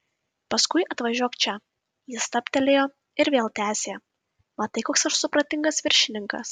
paskui atvažiuok čia jis stabtelėjo ir vėl tęsė matai koks aš supratingas viršininkas